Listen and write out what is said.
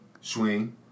Swing